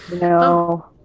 No